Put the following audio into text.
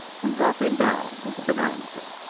and dropping down into bonanza.